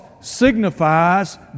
signifies